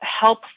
help